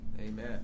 amen